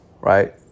right